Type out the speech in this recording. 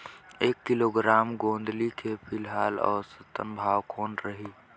एक किलोग्राम गोंदली के फिलहाल औसतन भाव कौन रही?